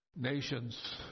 nations